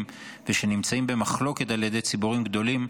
ושנמצאים במחלוקת על ידי ציבורים גדולים,